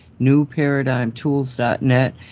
newparadigmtools.net